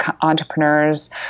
entrepreneurs